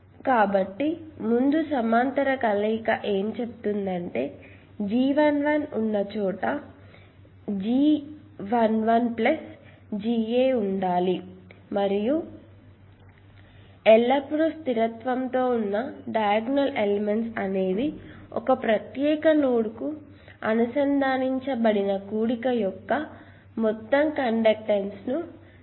కాబట్టి ముందు సమాంతర కలయిక ఏం చెప్తుందంటే G11 ఉన్నచోట ఇప్పుడు G11 Ga ఉండాలి మరియు అది ఖచ్చితంగా జరుగుతుంది మరియు ఇది ఎల్లప్పుడూ స్థిరత్వంతో ఉన్న డయాగోనల్ ఎలిమెంట్స్ అనేవి ఒక ప్రత్యేక నోడ్ కు అనుసంధానించబడిన కూడిక యొక్క మొత్తం కండక్టెన్స్ ను కలిగి ఉంటుంది